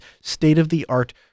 state-of-the-art